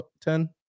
Ten